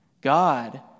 God